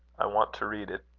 i want to read it.